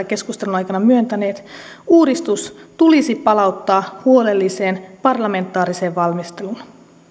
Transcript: keskustelun aikana myöntäneet takia uudistus tulisi palauttaa huolelliseen parlamentaariseen valmisteluun